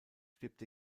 stirbt